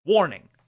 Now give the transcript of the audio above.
Warning